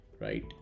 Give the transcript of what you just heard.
right